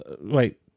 wait